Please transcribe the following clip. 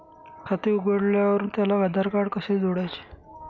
खाते उघडल्यावर त्याला आधारकार्ड कसे जोडायचे?